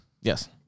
Yes